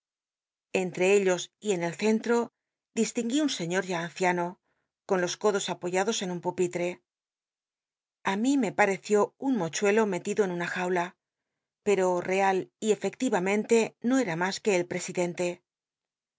entre ellos y en el centro distinguí un sciíor ya anciano con los codos apoyados en un pupi tre ü mí me l aieció un mochuelo metido en una jaula pco real y efectivamente no era mas que el presidente